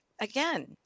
Again